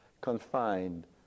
confined